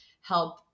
help